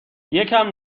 یکم